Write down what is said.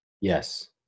Yes